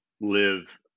live